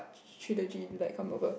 trilogy to like come over